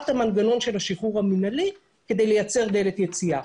המנגנון של השחרור המינהלי כדי לייצר דלת יציאה.